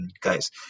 guys